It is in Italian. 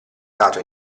dato